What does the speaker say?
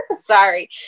Sorry